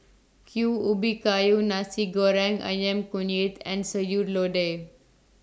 Q Ubi Kayu Nasi Goreng Ayam Kunyit and Sayur Lodeh